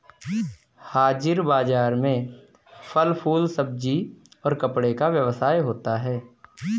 हाजिर बाजार में फल फूल सब्जी और कपड़े का व्यवसाय होता है